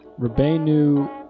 Rabbeinu